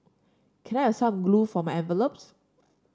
can I have some glue for my envelopes